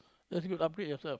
that's good upgrade yourself